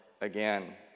again